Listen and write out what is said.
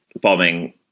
bombing